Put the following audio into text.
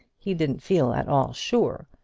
he didn't feel at all sure.